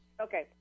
Okay